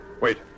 Wait